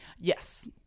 Yes